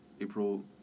April